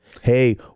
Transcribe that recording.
Hey